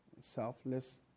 selfless